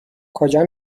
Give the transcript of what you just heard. کجا